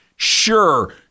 Sure